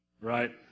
right